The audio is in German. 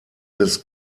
des